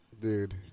Dude